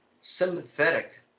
sympathetic